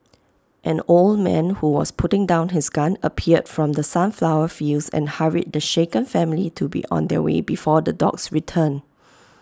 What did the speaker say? an old man who was putting down his gun appeared from the sunflower fields and hurried the shaken family to be on their way before the dogs return